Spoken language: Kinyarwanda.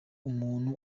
umuntu